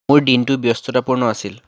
মোৰ দিনটো ব্যস্ততাপূৰ্ণ আছিল